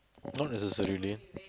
not necessarily